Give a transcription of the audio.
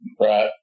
Right